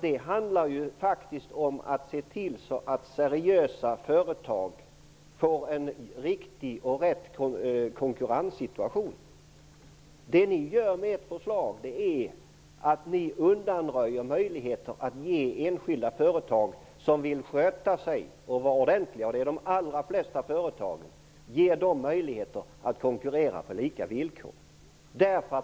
Det handlar faktiskt om att se till att seriösa företag får en riktig konkurrenssituation. Vad ni gör med ert förslag är att ni undanröjer möjligheterna för enskilda företag som vill sköta sig och vara ordentliga -- och det gäller de allra flesta företagen -- att konkurrera på lika villkor.